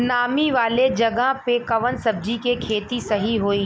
नामी वाले जगह पे कवन सब्जी के खेती सही होई?